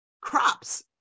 Crops